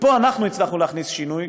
ופה אנחנו הצלחנו להכניס שינוי,